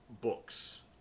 books